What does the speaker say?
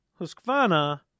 Husqvarna